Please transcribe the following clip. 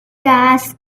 gas